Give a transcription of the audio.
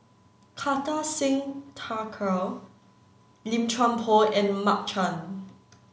Kartar Singh Thakral Lim Chuan Poh and Mark Chan